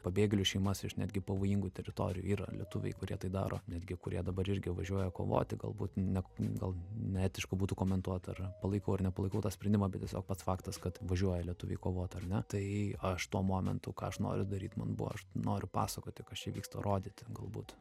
pabėgėlių šeimas iš netgi pavojingų teritorijų yra lietuviai kurie tai daro netgi kurie dabar irgi važiuoja kovoti galbūt ne gal neetiška būtų komentuot ar palaiko ir nepalaikau tą sprendimą bet tiesiog pats faktas kad važiuoja lietuviai kovot ar ne tai aš tuo momentu ką aš noriu daryt man buvo aš noriu pasakoti kas čia vyksta rodyti galbūt